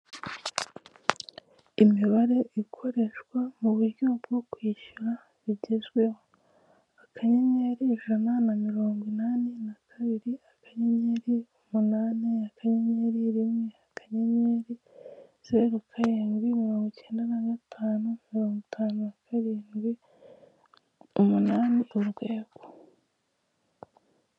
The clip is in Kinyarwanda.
Imibara ikoreshwa mu buryo bwo kwishyura bigezweho akanyenyeri ijana na mirongo inani na kabiri akanyenyeri umunani akanyenyeri rimwe akanyenyeri zero karindwi mirongo icyenda na gatanu mirongo itanu na karindwi umunani urwego.